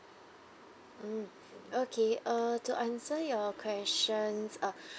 mm okay uh to answer your question uh